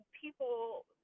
people